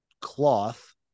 cloth